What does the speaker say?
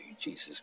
Jesus